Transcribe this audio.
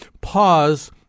pause